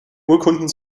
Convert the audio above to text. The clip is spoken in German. urkunden